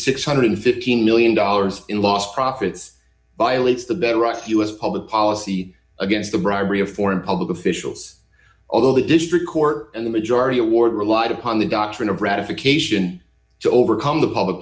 six hundred and fifty million dollars in lost profits violates the bedrock us public policy against the bribery of foreign public officials although the district court and the majority award relied upon the doctrine of ratification to overcome the public